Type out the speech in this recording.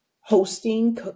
hosting